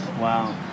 Wow